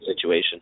situation